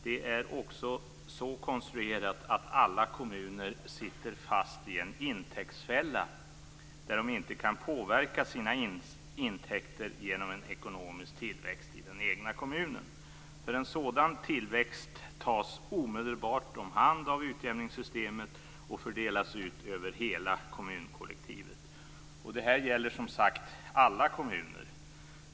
Det är också så konstruerat att alla kommuner sitter fast i en intäktsfälla där de inte kan påverka sina intäkter genom en ekonomisk tillväxt i den egna kommunen. En sådan tillväxt tas omedelbart om hand av utjämningssystemet och fördelas ut över hela kommunkollektivet. Detta gäller som sagt alla kommuner.